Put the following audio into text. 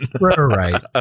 Right